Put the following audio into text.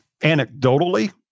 Anecdotally